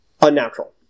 unnatural